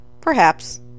Perhaps